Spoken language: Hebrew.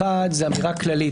האחד, אמירה כללית.